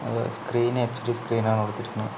അതുപോലെ screen HD screen ആണ് കൊടുത്തിരിക്കുന്നത്